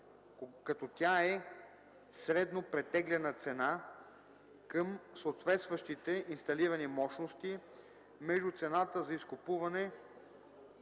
като тя е средно претеглена цена към съответстващите инсталирани мощности между цената за изкупуване